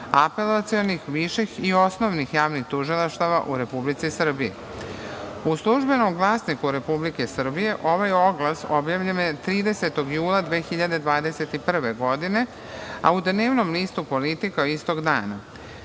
apelacionih, viših i osnovnih javnih tužilaštava u Republici Srbiji.U „Službenom glasniku Republike Srbije“ ovaj oglas objavljen je 30. jula 2021. godine, a u dnevnom listu „Politika“ istog dana. Svi